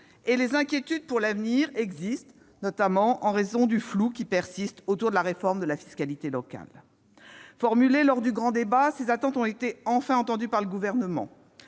Et les inquiétudes pour l'avenir existent, notamment en raison du flou qui persiste autour de la réforme de la fiscalité locale. Formulées lors du grand débat, ces attentes ont été enfin entendues par le Gouvernement.